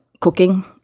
cooking